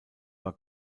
war